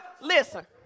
listen